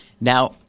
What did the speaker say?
Now